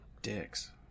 dicks